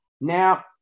Now